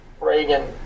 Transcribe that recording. Reagan